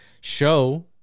show